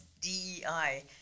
DEI